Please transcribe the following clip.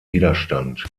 widerstand